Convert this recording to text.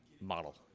model